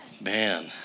Man